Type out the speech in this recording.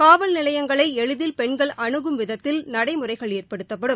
காவல் நிலையங்களை எளிதில் பெண்கள் அனுகும் விதத்தில் நடைமுறைகள் ஏற்படுத்தப்படும்